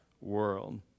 world